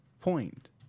point